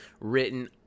written